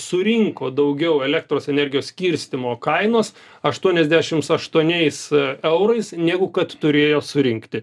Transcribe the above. surinko daugiau elektros energijos skirstymo kainos aštuoniasdešimt aštuoniais eurais negu kad turėjo surinkti